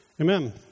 Amen